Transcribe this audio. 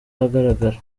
ahagaragara